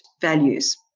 values